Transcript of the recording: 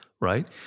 right